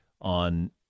On